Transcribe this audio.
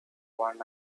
one